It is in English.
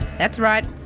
that's right.